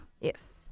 Yes